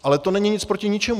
Ale to není nic proti ničemu.